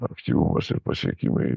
aktyvumas ir pasiekimai